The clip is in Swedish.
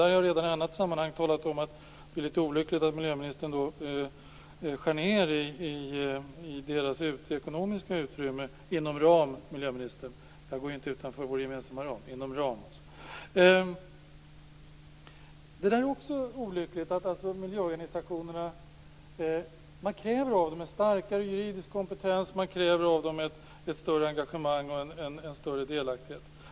Jag har redan i annat sammanhang talat om att det är litet olyckligt att miljöministern skär ned deras ekonomiska utrymme, dvs. inom ram - jag går inte utanför vår gemensamma ram. Man kräver av miljöorganisationerna en starkare juridisk kompetens, ett större engagemang och en större delaktighet.